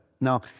Now